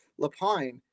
Lapine